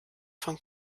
von